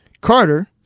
carter